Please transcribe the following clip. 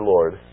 Lord